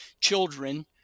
children